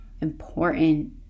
important